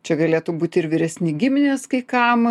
čia galėtų būti ir vyresni giminės kai kam